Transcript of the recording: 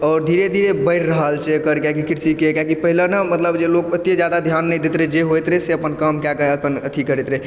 आओर धीरे धीरे बढ़ि रहल छै एकर किएकि कृषिके किएकि पहिले ने मतलब जे लोग एते जादा ध्यान नहि दैत रहै जे होइत रहै से अपन काम कए कऽ अपन अथि करैत रहै